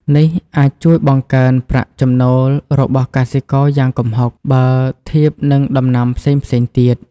នេះអាចជួយបង្កើនប្រាក់ចំណូលរបស់កសិករយ៉ាងគំហុក បើធៀបនឹងដំណាំផ្សេងៗទៀត។